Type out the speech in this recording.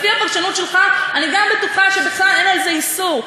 לפי הפרשנות שלך אני גם בטוחה שבכלל אין על זה איסור.